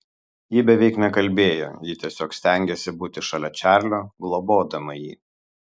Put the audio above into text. ji beveik nekalbėjo ji tiesiog stengėsi būti šalia čarlio globodama jį